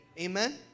amen